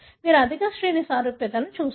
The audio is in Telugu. మీరు అధిక శ్రేణి సారూప్యతను చూస్తారు